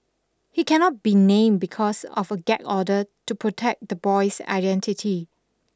he cannot be named because of a gag order to protect the boy's identity